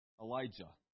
Elijah